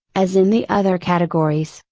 as in the other categories,